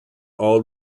all